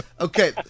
okay